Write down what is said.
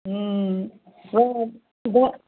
हूँ